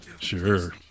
Sure